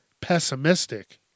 pessimistic